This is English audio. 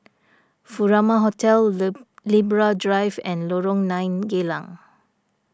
Furama Hotel Libra Drive and Lorong nine Geylang